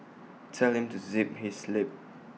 tell him to zip his lip